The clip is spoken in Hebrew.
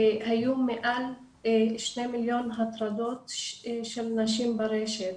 היו מעל שני מיליון הטרדות של נשים ברשת,